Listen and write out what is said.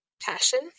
passion